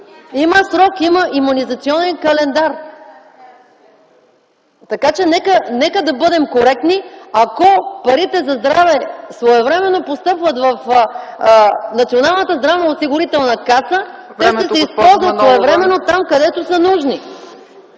Има срок, има имунизационен календар. Нека да бъдем коректни: ако парите за здраве постъпват своевременно в Националната здравноосигурителна каса, те ще се използват своевременно там, където са нужни.